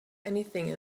anything